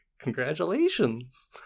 congratulations